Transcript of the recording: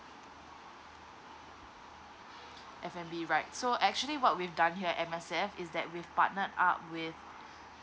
f and b right so actually what we've done here M_S_F is that we partnered up with